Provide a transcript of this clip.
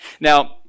Now